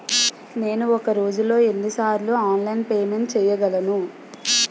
నేను ఒక రోజులో ఎన్ని సార్లు ఆన్లైన్ పేమెంట్ చేయగలను?